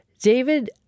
David